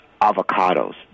avocados